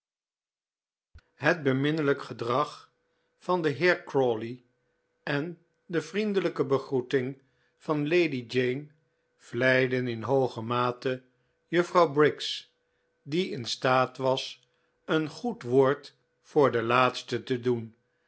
et beminnelijk gedrag van den heer crawley en de vriendelijke begroeting van hp lady jane vleiden in hooge mate juffrouw briggs die in staat was een goed p woord voor de laatste te doen